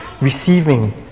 receiving